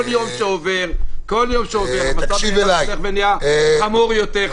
כל יום שעובר מצב העיר אילת הופך ונהיה חמור יותר.